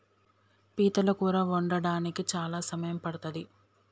పీతల కూర వండడానికి చాలా సమయం పడ్తది